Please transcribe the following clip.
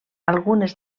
algunes